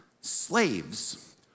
slaves